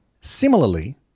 Similarly